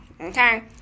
okay